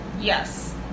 Yes